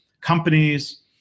companies